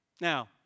Now